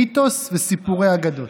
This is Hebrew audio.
מיתוס וסיפורי אגדות.